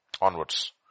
Onwards